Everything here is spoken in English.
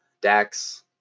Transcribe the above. Dax